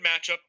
matchup